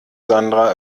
sandra